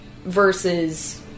versus